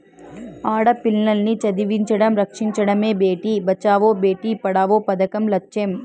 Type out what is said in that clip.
ఆడపిల్లల్ని చదివించడం, రక్షించడమే భేటీ బచావో బేటీ పడావో పదకం లచ్చెం